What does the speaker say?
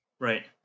Right